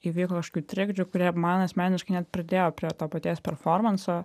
įvyko kažkokių trikdžių kurie man asmeniškai net pridėjo prie to paties performanso